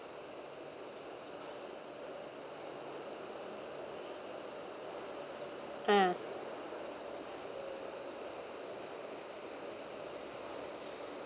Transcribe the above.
uh